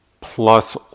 plus